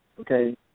Okay